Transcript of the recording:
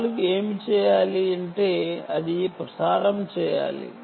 4 ఏమి చేయాలి అంటే అది ప్రసారం చేయాలి